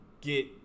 get